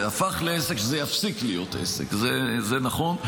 זה הפך לעסק, שזה יפסיק להיות עסק, זה נכון.